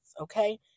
okay